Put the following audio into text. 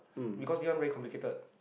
because this one very complicated